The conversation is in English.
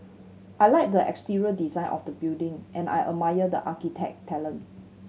I like the exterior design of the building and I admire the architect talent